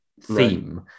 theme